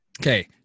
Okay